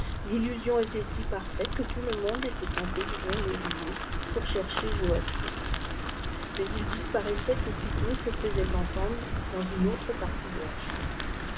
rillusion était si parfaite oye jvi le monde était tenté d'ouvrir le rideaux pour cher fçidfjfiiffi y mi l disparaissait aiissitt et se faisait eut ifffi sf e utfe partie de la cbiambre